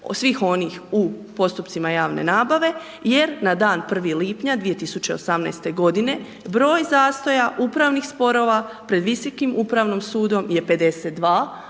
svih onih u postupcima javne nabave jer na dan 1. lipnja 2018. godine, broj zastoja upravnih sporova pred Visokim upravom sudom je 52,